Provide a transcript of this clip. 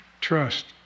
trust